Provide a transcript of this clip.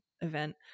event